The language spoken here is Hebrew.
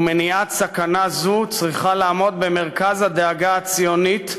ומניעת סכנה זו צריכה לעמוד במרכז הדאגה הציונית,